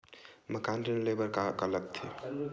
मकान ऋण ले बर का का लगथे?